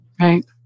right